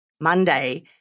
Monday